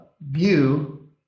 view